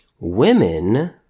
Women